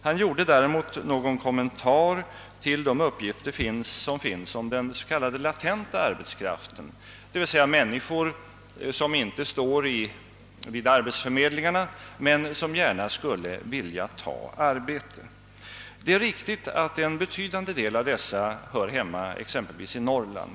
Han gjorde däremot någon kommentar till de uppgifter som finns om den s.k. latenta arbetskraften, d.v.s. människor som inte står upptagna i arbetsförmedlingarnas register men som gärna skulle vilja ta arbete. Det är riktigt att en betydande del av dessa hör hemma exempelvis i Norrland.